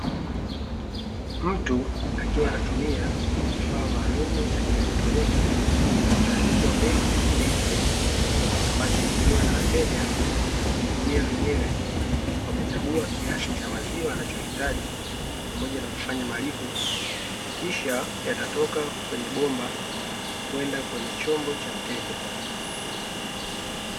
Mtu akiwa anatumia kifaa maalumu cha kieletroniki kilicho andikwa MILK ATM ambacho hutumiwa na wateja kujihudumia wenyewe kwa kuchagua kiasi cha maziwa anachohitaji pamoja na kufanya malipo kisha yatatoka kwenye bomba kwenda kwenye chombo cha mteja.